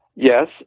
Yes